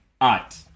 art